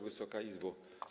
Wysoka Izbo!